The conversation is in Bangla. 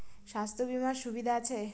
স্বাস্থ্য বিমার সুবিধা আছে?